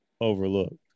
overlooked